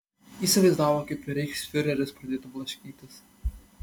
įsivaizdavo kaip reichsfiureris pradėtų blaškytis